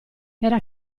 era